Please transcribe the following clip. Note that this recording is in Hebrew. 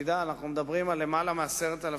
תדע שאנחנו מדברים על למעלה מ-10,000